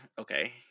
Okay